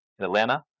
atlanta